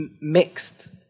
mixed